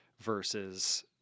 versus